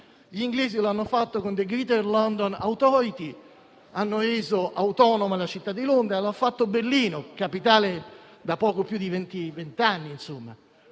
Gli inglesi lo hanno fatto con The Greater London Authority, con cui hanno reso autonoma la città di Londra. È stato fatto per Berlino, capitale da poco più di venti anni, che